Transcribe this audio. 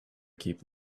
keep